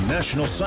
National